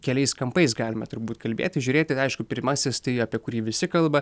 keliais kampais galime turbūt kalbėti žiūrėti aišku pirmasis tai apie kurį visi kalba